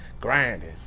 Grinding